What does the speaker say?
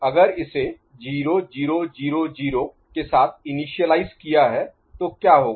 तो यह है अगर इसे 0 0 0 0 के साथ इनिशियलाईज किया है तो क्या होगा